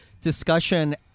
discussion